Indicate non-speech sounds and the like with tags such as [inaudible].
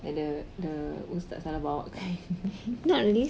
like the the ustaz salah bawa kind [noise]